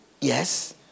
yes